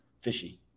fishy